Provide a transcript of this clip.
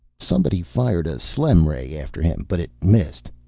somebody fired a slem-ray after him, but it missed.